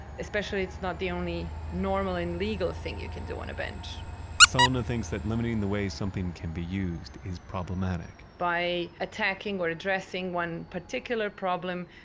especially it's not the only normal and legal thing you can do on a bench selena thinks that limiting the way something can be used is problematic by attacking or addressing one particular problem,